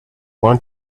want